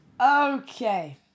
Okay